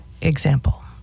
Example